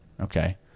Okay